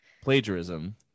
plagiarism